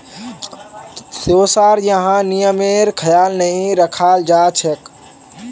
तोसार यहाँ नियमेर ख्याल नहीं रखाल जा छेक